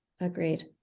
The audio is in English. Agreed